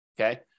Okay